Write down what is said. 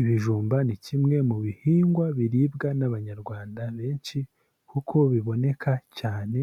Ibijumba ni kimwe mu bihingwa biribwa n'abanyarwanda benshi kuko biboneka cyane